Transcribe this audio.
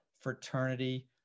fraternity